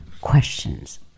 questions